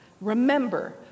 remember